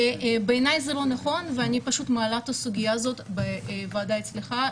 בעיניי זה לא נכון ואני פשוט מעלה את הסוגיה הזאת בוועדה אצלך,